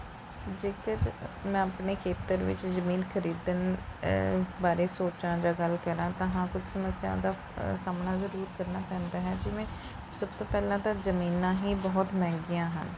ਜੇਕਰ ਮੈਂ ਆਪਣੇ ਖੇਤਰ ਵਿੱਚ ਜ਼ਮੀਨ ਖਰੀਦਣ ਬਾਰੇ ਸੋਚਾਂ ਜਾਂ ਗੱਲ ਕਰਾਂ ਤਾਂ ਹਾਂ ਕੁਝ ਸਮੱਸਿਆਵਾਂ ਦਾ ਸਾਹਮਣਾ ਜ਼ਰੂਰ ਕਰਨਾ ਪੈਂਦਾ ਹੈ ਜਿਵੇਂ ਸਭ ਤੋਂ ਪਹਿਲਾਂ ਤਾਂ ਜ਼ਮੀਨਾਂ ਹੀ ਬਹੁਤ ਮਹਿੰਗੀਆਂ ਹਨ